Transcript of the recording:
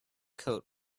coat